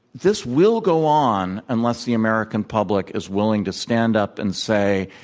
this will go on unless the american public is willing to stand up and say,